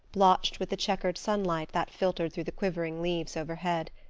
blotched with the checkered sunlight that filtered through the quivering leaves overhead.